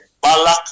Balak